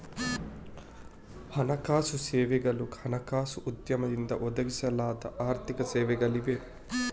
ಹಣಕಾಸು ಸೇವೆಗಳು ಹಣಕಾಸು ಉದ್ಯಮದಿಂದ ಒದಗಿಸಲಾದ ಆರ್ಥಿಕ ಸೇವೆಗಳಾಗಿವೆ